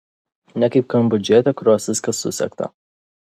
ne kaip kambodžietė kurios viskas susegta